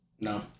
No